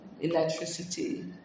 electricity